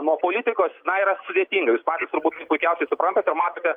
nuo politikos na yra sudėtinga jūs patys turbūt tai puikiausiai suprantate ir matote